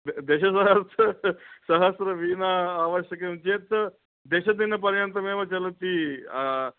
दशसहस्र सहस्रवीणा आवश्यकं चेत् दशदिनपर्यन्तमेव चलति